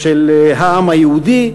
של העם היהודי,